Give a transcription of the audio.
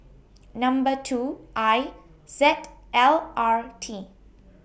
Number two I Z L R T